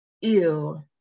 Ew